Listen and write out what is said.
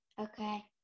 Okay